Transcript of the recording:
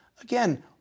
Again